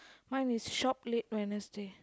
mine is shop late Wednesday